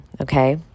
Okay